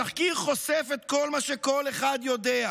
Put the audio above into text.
התחקיר חושף את כל מה שכל אחד יודע: